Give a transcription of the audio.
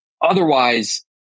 Otherwise